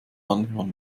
anhören